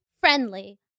friendly